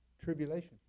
tribulation